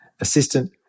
assistant